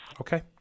okay